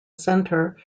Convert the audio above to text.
center